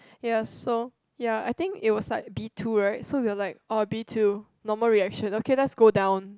yes so ya I think it was like B two right so we were like oh B two normal reaction okay let's go down